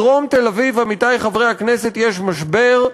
בדרום תל-אביב, עמיתי חברי הכנסת, יש משבר,